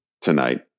tonight